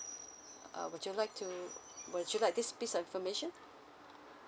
uh would you like to would you like this piece of information